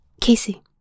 Casey